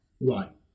right